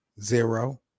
Zero